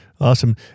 Awesome